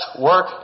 work